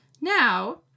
Now